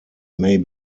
may